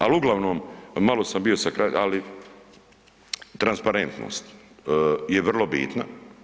Al uglavnom, malo sam bio … [[Govornik se ne razumije]] , ali transparentnost je vrlo bitna.